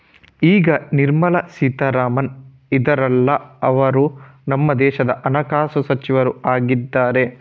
ಈಗ ನಿರ್ಮಲಾ ಸೀತಾರಾಮನ್ ಇದಾರಲ್ಲ ಅವ್ರು ನಮ್ಮ ದೇಶದ ಹಣಕಾಸು ಸಚಿವರು ಆಗಿದ್ದಾರೆ